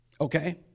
Okay